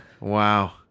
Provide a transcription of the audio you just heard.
Wow